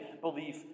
belief